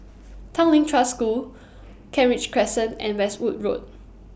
Tanglin Trust School Kent Ridge Crescent and Westwood Road